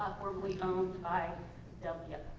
formerly owned by w.